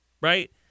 right